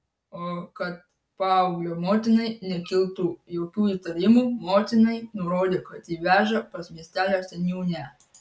o kad paauglio motinai nekiltų jokių įtarimų motinai nurodė kad jį veža pas miestelio seniūnę